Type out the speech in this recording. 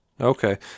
Okay